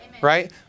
Right